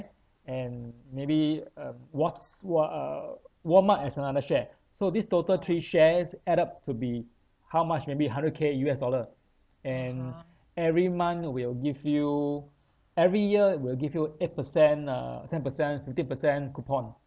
and maybe um wats~ wa~ uh Walmart as another share so this total three shares add up to be how much maybe hundred K U_S dollar and every month will give you every year will give you eight percent uh ten percent fiftteen percent coupon